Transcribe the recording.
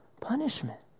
punishment